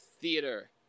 theater